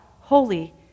holy